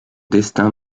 destin